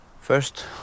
First